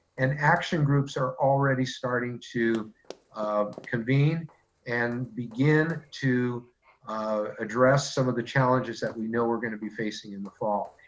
and action groups are already starting to um convene and begin to address some of the challenges that we know we're gonna be facing in the fall.